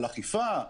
על אכיפה,